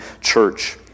church